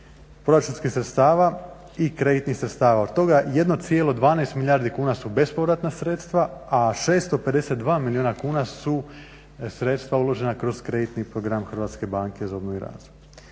proračunskih sredstava i kreditnih sredstava, od toga 1,12 milijardi kuna su bespovratna sredstva, a 652 milijuna kuna su sredstva uložena kroz kreditni program Hrvatske banke za obnovu i razvoj.